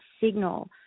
signal